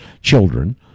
children